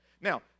Now